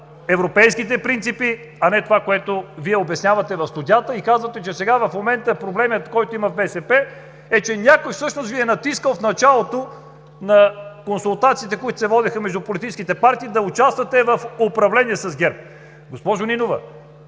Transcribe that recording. европейските принципи, а не това, което Вие обяснявате в студията, и казвате, че сега, в момента, проблемът, който има в БСП, е, че някой всъщност Ви е натискал в началото на консултациите, които се водеха между политическите партии, да участвате в управление с ГЕРБ. Госпожо Нинова,